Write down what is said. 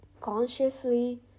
consciously